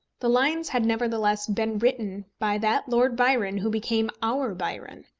the lines had nevertheless been written by that lord byron who became our byron.